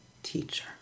teacher